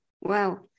Wow